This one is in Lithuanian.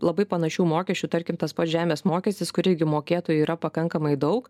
labai panašių mokesčių tarkim tas pats žemės mokestis kur irgi mokėtojų yra pakankamai daug